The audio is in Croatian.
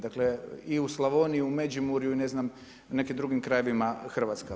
Dakle i u Slavoniji, i u Međimurju i ne znam u nekim drugim krajevima Hrvatske.